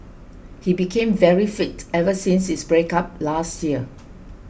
he became very fit ever since his breakup last year